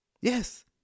Yes